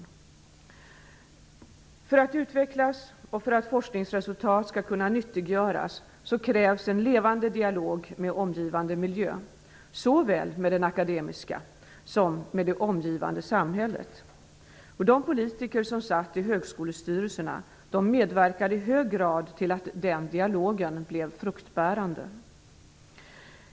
För att högskolan skall utvecklas och för att forskningsresultat skall kunna nyttiggöras krävs en levande dialog med omgivande miljö, såväl med den akademiska världen som med det omgivande samhället. De politiker som satt i högskolestyrelserna medverkade i hög grad till att den dialogen blev fruktbärande.